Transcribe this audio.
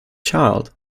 child